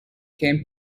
came